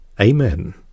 Amen